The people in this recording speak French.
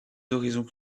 horizons